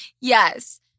Yes